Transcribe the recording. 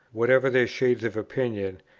whatever their shades of opinion,